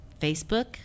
Facebook